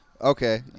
Okay